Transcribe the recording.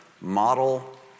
model